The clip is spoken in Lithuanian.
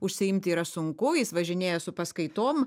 užsiimti yra sunku jis važinėja su paskaitom